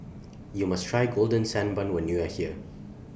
YOU must Try Golden Sand Bun when YOU Are here